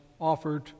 offered